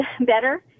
better